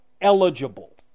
eligible